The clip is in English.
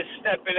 stepping